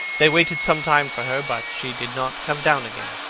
they waited some time for her, but she did not come down again.